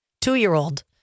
two-year-old